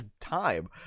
time